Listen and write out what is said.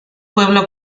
pueblo